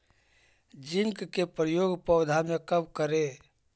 Zinc के प्रयोग पौधा मे कब करे?